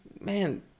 man